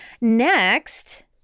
next